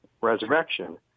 resurrection